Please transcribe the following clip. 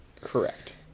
Correct